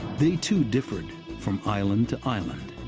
they too differed from island to island.